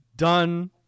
Done